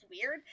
weird